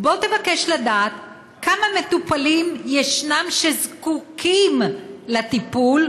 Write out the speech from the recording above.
בוא תבקש לדעת כמה מטופלים זקוקים לטיפול